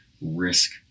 risk